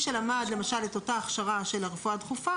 מי שלמד אותה הכשרה של הרפואה הדחופה